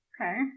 Okay